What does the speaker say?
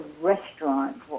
restaurant